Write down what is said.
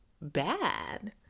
bad